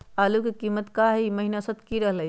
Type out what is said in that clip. आलू के कीमत ई महिना औसत की रहलई ह?